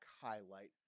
highlight